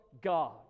God